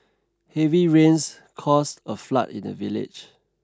heavy rains caused a flood in the village